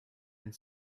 and